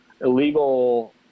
illegal